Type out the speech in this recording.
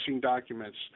documents